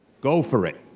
go for it.